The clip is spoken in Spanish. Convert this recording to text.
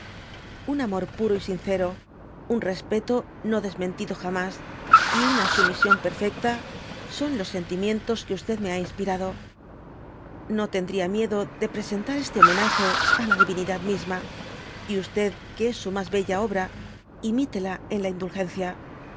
un amor puro y sincero un respeto no desmentido jamas y una sumisión perfecta son los sentimientos que me lia inspirado no tendría miedo de presentar este bomenage á la divinidad misma y que ea su mas bella obra imitela en la indulgencia